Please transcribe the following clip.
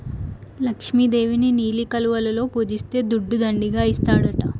లక్ష్మి దేవిని నీలి కలువలలో పూజిస్తే దుడ్డు దండిగా ఇస్తాడట